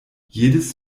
jedes